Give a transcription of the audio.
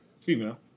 Female